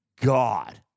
god